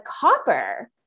copper